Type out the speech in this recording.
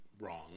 wrong